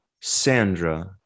sandra